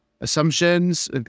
assumptions